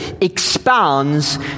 expounds